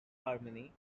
harmony